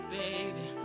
baby